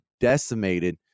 decimated